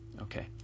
Okay